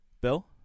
Bill